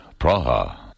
Praha